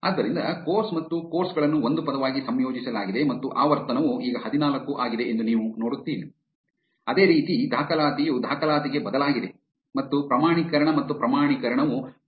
ಆದ್ದರಿಂದ ಕೋರ್ಸ್ ಮತ್ತು ಕೋರ್ಸ್ ಗಳನ್ನು ಒಂದು ಪದವಾಗಿ ಸಂಯೋಜಿಸಲಾಗಿದೆ ಮತ್ತು ಆವರ್ತನವು ಈಗ ಹದಿನಾಲ್ಕು ಆಗಿದೆ ಎಂದು ನೀವು ನೋಡುತ್ತೀರಿ ಅದೇ ರೀತಿ ದಾಖಲಾತಿಯು ದಾಖಲಾತಿಗೆ ಬದಲಾಗಿದೆ ಮತ್ತು ಪ್ರಮಾಣೀಕರಣ ಮತ್ತು ಪ್ರಮಾಣೀಕರಣವು ಪ್ರಮಾಣೀಕರಣಕ್ಕೆ ಬದಲಾಗಿದೆ